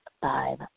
five